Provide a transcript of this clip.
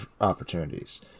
opportunities